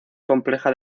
compleja